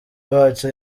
bacu